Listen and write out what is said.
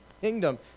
kingdom